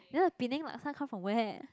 then the Penang Laksa come from where